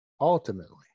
ultimately